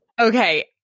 Okay